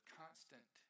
constant